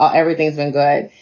ah everything's been good.